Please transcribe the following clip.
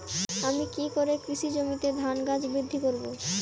আমি কী করে কৃষি জমিতে ধান গাছ বৃদ্ধি করব?